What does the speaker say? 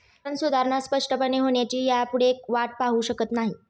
चलन सुधारणा स्पष्टपणे होण्याची ह्यापुढे वाट पाहु शकत नाही